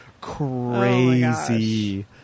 crazy